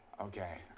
Okay